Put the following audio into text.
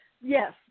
Yes